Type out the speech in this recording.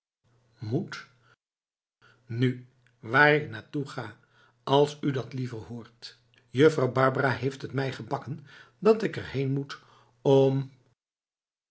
moet nu waar ik naar toe ga als u dat liever hoort juffrouw barbara heeft t mij gebakken dat ik er heen moet om